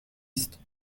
است